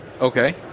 Okay